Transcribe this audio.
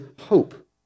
hope